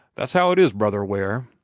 that's how it is, brother ware.